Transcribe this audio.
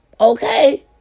Okay